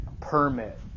permit